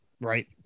Right